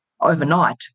overnight